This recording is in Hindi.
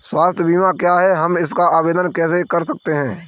स्वास्थ्य बीमा क्या है हम इसका आवेदन कैसे कर सकते हैं?